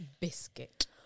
biscuit